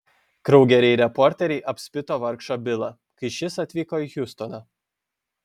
kraugeriai reporteriai apspito vargšą bilą kai šis atvyko į hjustoną